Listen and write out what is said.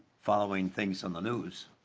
following things on the news.